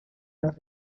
los